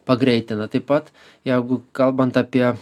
pagreitina taip pat jeigu kalbant apie